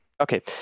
Okay